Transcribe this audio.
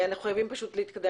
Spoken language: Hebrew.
אנחנו חייבים להתקדם.